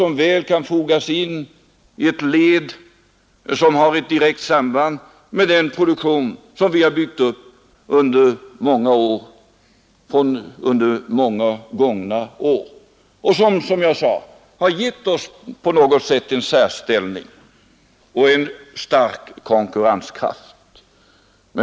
Jag avser då uppgifter, vilka har ett direkt samband med den produktion som vi har byggt upp under många gångna år och som på något sätt har givit oss en särställning och en stark konkurrenskraft.